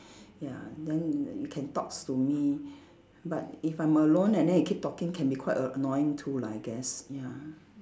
ya then it can talks to me but if I'm alone and then it keep talking can be quite a~ annoying too lah I guess ya